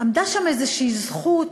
עמדה שם איזושהי זכות